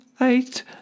Eight